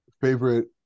Favorite